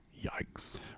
Yikes